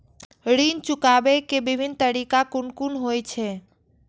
ऋण चुकाबे के विभिन्न तरीका कुन कुन होय छे?